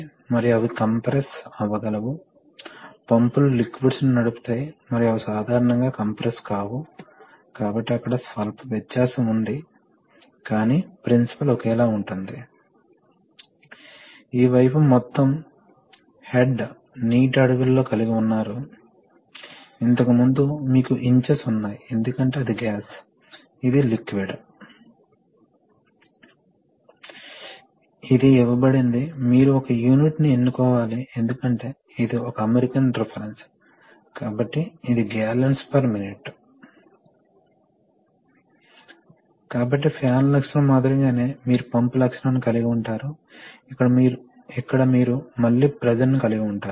కాబట్టి వాల్వ్ కదలికను ఎడమ నుండి కుడి వైపుకు తరలించడానికి మీరు న్యుమాటిక్ ప్రెషర్ ని మాత్రమే వర్తింపజేయాలి వాస్తవానికి ఈ స్ప్రింగ్ ద్వారా సాధించవచ్చు అదేవిధంగా మీరు దానిని ఈ స్థానానికి కనెక్ట్ చేస్తే ఏమి జరుగుతుంది ప్రెషర్ ఇక్కడ కనెక్ట్ అవుతుంది మరియు తరువాత ఇప్పుడు ఈ వాల్వ్ ఈ స్థితిలో ఉంది కాబట్టి ఇది మూసివేయబడుతుంది అందువల్ల అధిక ప్రెషర్ వెళ్తుంది మరియు అల్పప్రెషర్ తిరిగి వస్తుంది కాబట్టి మీరు ఇప్పుడు ఈ వాల్వ్ను మార్చినట్లయితే సిలిండర్ ఈ విధంగా కదులుతుంది అప్పుడు అధిక ప్రెషర్ ఈ విధంగా వెళ్తుంది